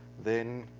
then